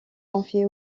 confiée